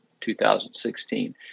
2016